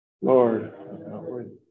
Lord